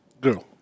girl